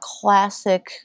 classic